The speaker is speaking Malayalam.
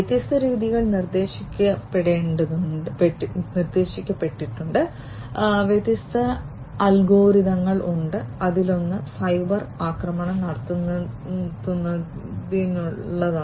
വ്യത്യസ്ത രീതികൾ നിർദ്ദേശിക്കപ്പെട്ടിട്ടുണ്ട് വ്യത്യസ്ത അൽഗോരിതങ്ങൾ ഉണ്ട് അതിലൊന്ന് സൈബർ ആക്രമണം കണ്ടെത്തുന്നതിനുള്ളതാണ്